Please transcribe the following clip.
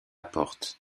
porte